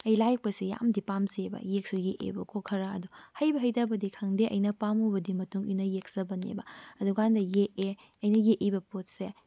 ꯑꯩ ꯂꯥꯏ ꯌꯦꯛꯄꯁꯤ ꯌꯥꯝꯅꯗꯤ ꯄꯥꯝꯖꯩꯑꯕ ꯌꯦꯛꯁꯨ ꯌꯦꯛꯑꯦꯕꯀꯣ ꯈꯔ ꯑꯗꯨ ꯍꯩꯕ ꯍꯩꯇꯕꯗꯤ ꯈꯪꯗꯦ ꯑꯩꯅ ꯄꯥꯝꯃꯨꯕꯗꯨꯒꯤ ꯃꯇꯨꯡ ꯏꯟꯅ ꯌꯦꯛꯆꯕꯅꯦꯕ ꯑꯗꯨ ꯀꯥꯟꯗ ꯌꯦꯛꯑꯦ ꯑꯩꯅ ꯌꯦꯛꯏꯕ ꯄꯣꯠꯁꯦ